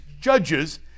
judges